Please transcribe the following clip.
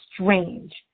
strange